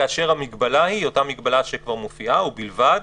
כאשר המגבלה היא אותה מגבלה שכבר מופיעה, ובלבד